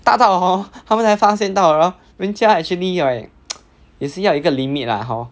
大大的 hor 他们才发现到了 hor 人家 actually right 也是要一个 limit lah hor